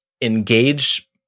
engage